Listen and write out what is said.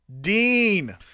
Dean